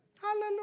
Hallelujah